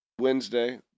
Wednesday